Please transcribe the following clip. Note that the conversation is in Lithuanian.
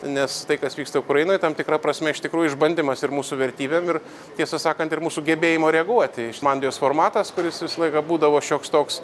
nes tai kas vyksta ukrainoj tam tikra prasme iš tikrųjų išbandymas ir mūsų vertybėm ir tiesą sakant ir mūsų gebėjimo reaguoti iš mandijos formatas kuris visą laiką būdavo šioks toks